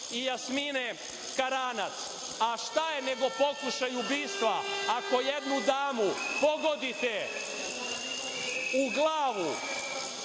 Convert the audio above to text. i Jasmine Karanac, a šta je nego pokušaj ubistva ako jednu damu pogodite u glavu